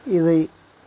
இதை